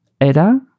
era